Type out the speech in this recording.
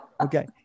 Okay